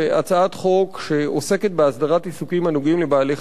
הצעת חוק שעוסקת בהסדרת עיסוקים הנוגעים לבעלי-חיים.